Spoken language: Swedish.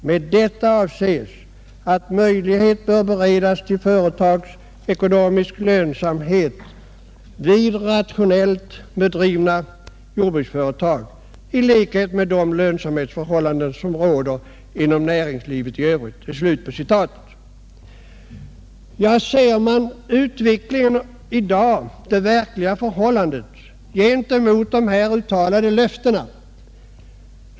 Med detta avses att möjligheter beredes till företagsekonomisk lönsamhet vid rationellt drivna jordbruksföretag i likhet med de lönsamhetsförhållanden som råder inom näringslivet i övrigt.” Om jag ställer förhållandena i dag mot de uttalade löftena, så verkar dessa mest bara som tomt prat.